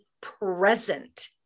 present